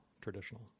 traditional